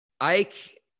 Ike